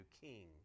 king